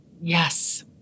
Yes